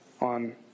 on